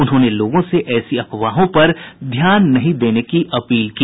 उन्होंने लोगों से ऐसी अफवाहों पर ध्यान नहीं देने की अपील की